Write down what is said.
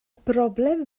broblem